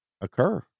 occur